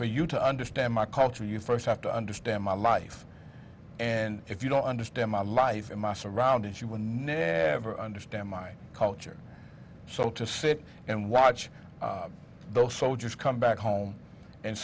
for you to understand my culture you first have to understand my life and if you don't understand my life and my surroundings you would never understand my culture so to sit and watch those soldiers come back home and